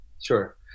sure